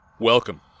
Welcome